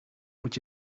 moet